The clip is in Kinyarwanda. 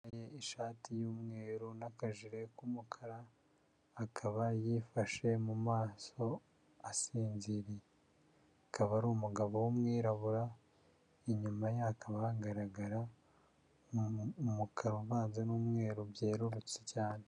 Umugabo wambaye ishati y'umweru n'akajire k'umukara, akaba yifashe mu maso asinziriye, akaba ari umugabo w'umwirabura, inyuma ye hakaba hagaragara umukara uvanze n'umweru byerurutse cyane.